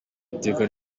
iteka